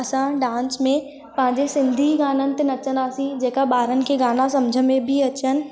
असां डांस में पंहिंजे सिंधी ई गाननि ते नचंदासीं जेका ॿारनि खे गाना सम्झि में बि अचनि